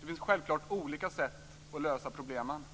Det finns självklart olika sätt att lösa problemen på.